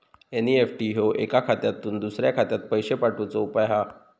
NEFT ह्यो एका खात्यातुन दुसऱ्या खात्यात पैशे पाठवुचो उपाय हा